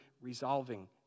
resolving